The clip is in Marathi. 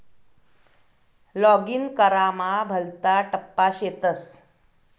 लॉगिन करामा भलता टप्पा शेतस